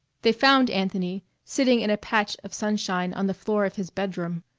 they found anthony sitting in a patch of sunshine on the floor of his bedroom.